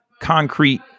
concrete